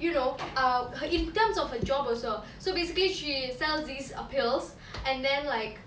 you know err in terms of her job also so basically she sells these um pills and then like